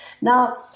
Now